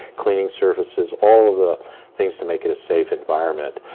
cleaning surfaces, all of the things to make it a safe environment.